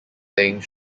playing